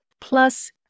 Plus